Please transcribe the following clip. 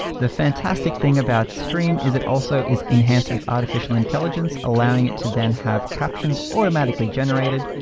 the fantastic thing about stream is it also is enhanced with artificial intelligence, allowing it to then have captions automatically generated.